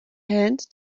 hand